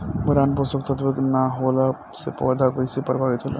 Boron पोषक तत्व के न होला से पौधा कईसे प्रभावित होला?